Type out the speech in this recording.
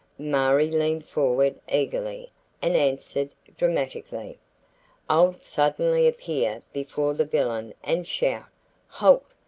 marie leaned forward eagerly and answered dramatically i'll suddenly appear before the villain and shout halt,